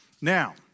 Now